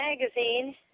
magazine